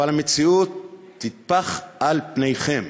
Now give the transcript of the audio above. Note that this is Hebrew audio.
אבל המציאות תטפח על פניכם,